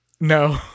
no